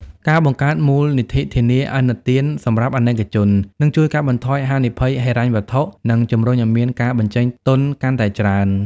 ការបង្កើត "មូលនិធិធានាឥណទានសម្រាប់ អាណិកជន" នឹងជួយកាត់បន្ថយហានិភ័យហិរញ្ញវត្ថុ និងជម្រុញឱ្យមានការបញ្ចេញទុនកាន់តែច្រើន។